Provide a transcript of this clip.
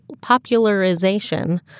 popularization